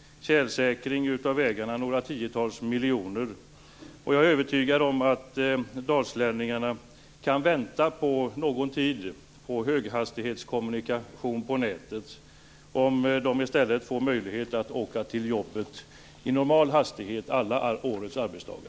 Tjälsäkring av vägarna kostar några tiotals miljoner. Jag är övertygad om att dalslänningarna kan vänta någon tid på höghastighetskommunikation på nätet om de i stället får möjlighet att åka till jobbet i normal hastighet alla årets arbetsdagar.